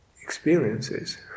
experiences